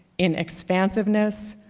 in expansiveness,